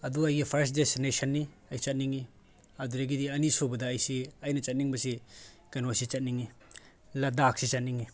ꯑꯗꯨ ꯑꯩꯒꯤ ꯐꯔꯁ ꯗꯦꯁꯇꯤꯅꯦꯁꯟꯅꯤ ꯑꯩ ꯆꯠꯅꯤꯡꯉꯤ ꯑꯗꯨꯗꯒꯤꯗꯤ ꯑꯅꯤ ꯁꯨꯕꯗ ꯑꯩꯁꯤ ꯑꯩꯅ ꯆꯠꯅꯤꯡꯕꯁꯤ ꯀꯩꯅꯣꯁꯤ ꯆꯠꯅꯤꯡꯉꯤ ꯂꯥꯗꯥꯛꯁꯤ ꯆꯠꯅꯤꯡꯉꯤ